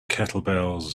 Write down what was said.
kettlebells